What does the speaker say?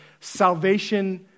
salvation